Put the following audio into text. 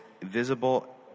visible